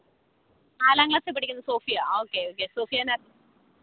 നാലാങ്ക്ളാസി പഠിക്കുന്ന സോഫിയ ആ okay okay സോഫിയേന്നെ